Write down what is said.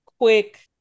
Quick